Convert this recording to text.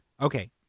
Okay